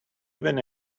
even